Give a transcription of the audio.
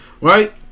right